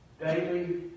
daily